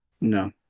No